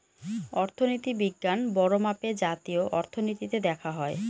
অর্থনীতি বিজ্ঞান বড়ো মাপে জাতীয় অর্থনীতিতে দেখা হয়